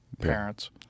parents